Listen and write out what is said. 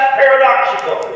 paradoxical